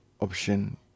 option